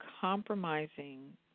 compromising